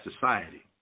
society